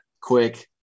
quick